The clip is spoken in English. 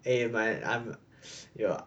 eh man I'm ya